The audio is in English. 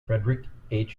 frederick